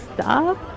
stop